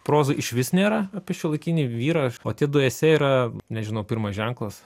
prozoj išvis nėra apie šiuolaikinį vyrą o tie du esė yra nežinau pirmas ženklas